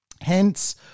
hence